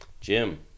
jim